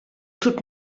tut